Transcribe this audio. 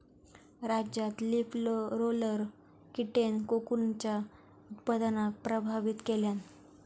राज्यात leaf roller कीटेन कोकूनच्या उत्पादनाक प्रभावित केल्यान